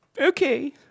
Okay